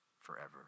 forever